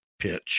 pitch